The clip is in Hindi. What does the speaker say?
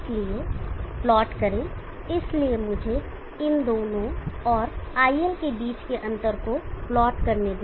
इसलिए प्लॉट करें इसलिए मुझे इन दोनों और IL के बीच के अंतर को प्लॉट करने दे